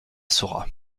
saurat